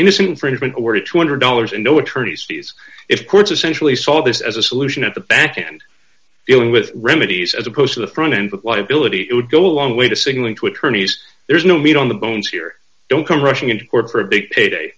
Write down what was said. innocent for an event where two hundred dollars and no attorney's fees if courts essentially saw this as a solution at the back end dealing with remedies as opposed to the front end with liability it would go a long way to signaling to attorneys there's no meat on the bones here don't come rushing into court for a big payday